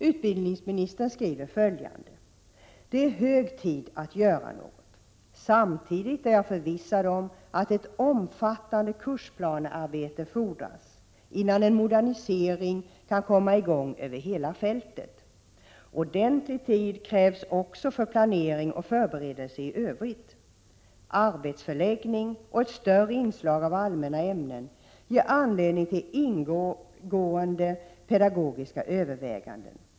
Utbildningsministern skriver följande: ”Det är hög tid att göra något. Samtidigt är jag förvissad om att ett omfattande kursplanearbete fordras, innan en modernisering kan komma i gång över hela fältet. Ordentlig tid krävs också för planering och förberedelser i övrigt. Arbetsplatsförläggning och ett större inslag av allmänna ämnen ger anledning till ingående pedagogiska överväganden.